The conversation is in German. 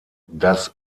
das